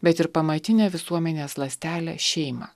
bet ir pamatinę visuomenės ląstelę šeimą